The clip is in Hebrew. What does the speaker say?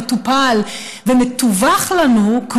מטופל ומתווך לנו.